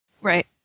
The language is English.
Right